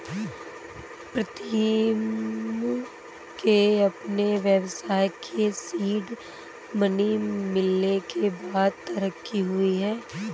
प्रीतम के अपने व्यवसाय के सीड मनी मिलने के बाद तरक्की हुई हैं